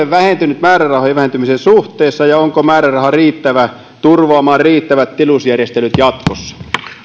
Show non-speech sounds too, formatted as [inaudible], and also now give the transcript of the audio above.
[unintelligible] vähentynyt suhteessa määrärahojen vähentymiseen ja onko määräraha riittävä turvaamaan riittävät tilusjärjestelyt jatkossa